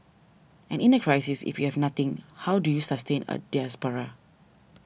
and in a crisis if we have nothing how do you sustain a diaspora